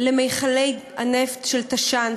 למכלי הנפט של תש"ן,